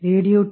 radio D